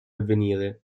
avvenire